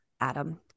Adam